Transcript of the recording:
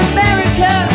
America